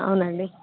అవునండి